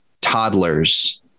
toddlers